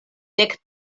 dek